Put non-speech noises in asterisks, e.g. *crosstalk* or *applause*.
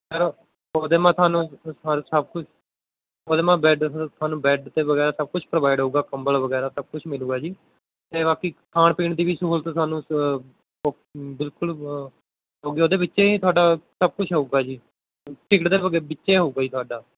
*unintelligible* ਉਹਦੇ ਮੇ ਤੁਹਾਨੂੰ ਪਰ ਸਭ ਕੁਛ ਉਹਦੇ ਮੇ ਬੈੱਡ ਤੁਹਾਨੂੰ ਤੁਹਾਨੂੰ ਬੈੱਡ ਅਤੇ ਵਗੈਰਾ ਸਭ ਕੁਛ ਪ੍ਰੋਵਾਈਡ ਹੋਊਗਾ ਕੰਬਲ ਵਗੈਰਾ ਸਭ ਕੁਛ ਮਿਲੇਗਾ ਜੀ ਅਤੇ ਬਾਕੀ ਖਾਣ ਪੀਣ ਦੀ ਵੀ ਸਹੂਲਤ ਸਾਨੂੰ ਬਿਲਕੁਲ ਕਿਉਂਕਿ ਉਹਦੇ ਵਿੱਚ ਹੀ ਤੁਹਾਡਾ ਸਭ ਕੁਛ ਆਊਗਾ ਜੀ ਟਿਕਟ ਦੇ ਉਹਦੇ ਵਿੱਚ ਹੀ ਹੋਊਗਾ ਜੀ ਤੁਹਾਡਾ